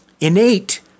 innate